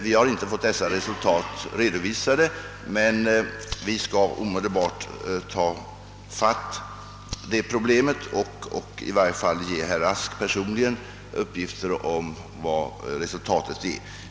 Vi har inte fått dessa resultat redovisade, men vi skall omedelbart ta itu med problemet och i varje fall ge herr Rask personligen uppgift om resultatet.